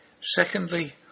secondly